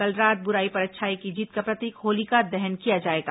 कल रात बुराई पर अच्छाई की जीत का प्रतीक होलिका दहन किया जाएगा